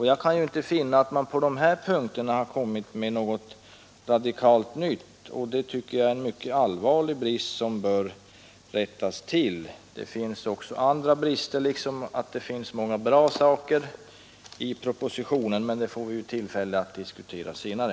Jag kan inte finna att man på dessa punkter har kommit med något radikalt nytt, och det tycker jag är en mycket allvarlig brist, som bör rättas till. Det finns också andra brister, lika väl som det finns många bra saker i propositionen, men det får vi väl tillfälle att diskutera senare.